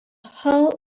hull